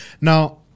Now